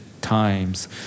times